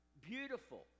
Beautiful